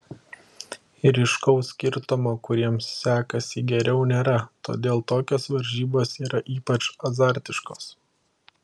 ryškaus skirtumo kuriems sekasi geriau nėra todėl tokios varžybos yra ypač azartiškos